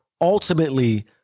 ultimately